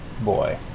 boy